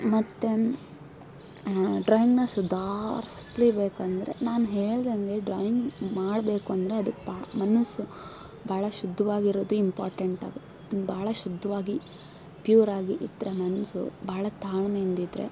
ಮತ್ತು ಡ್ರಾಯಿಂಗ್ನ ಸುಧಾರಿಸ್ಲೇಬೇಕೆಂದ್ರೆ ನಾನು ಹೇಳ್ದಂತೆ ಡ್ರಾಯಿಂಗ್ ಮಾಡಬೇಕು ಅಂದರೆ ಅದಕ್ಕೆ ಪಾ ಮನಸು ಭಾಳ ಶುದ್ಧವಾಗಿರೋದು ಇಂಪೋರ್ಟೆಂಟ್ ಆಗ ಭಾಳ ಶುದ್ಧವಾಗಿ ಪ್ಯೂರಾಗಿ ಇದ್ದರೆ ಮನಸ್ಸು ಭಾಳ ತಾಳ್ಮೆಯಿಂದಿದ್ದರೆ